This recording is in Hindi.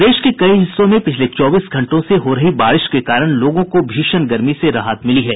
प्रदेश के कई हिस्सों में पिछले चौबीस घंटों से हो रही बारिश के कारण लोगों को भीषण गर्मी से राहत मिली है